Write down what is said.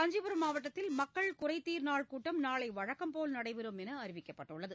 காஞ்சிபுரம் மாவட்டத்தில் மக்கள் குறைதீர் நாள் கூட்டம் நாளை வழக்கம் போல் நடைபெறம் என்று அறிவிக்கப்பட்டுள்ளது